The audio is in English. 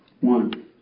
One